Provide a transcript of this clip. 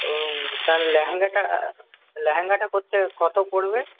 ও তাহলে লেহেঙ্গাটা লেহেঙ্গাটা করতে কত পড়বে